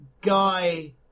guy